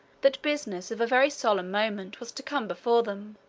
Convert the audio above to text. that business of very solemn moment was to come before them,